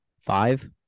Five